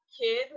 kid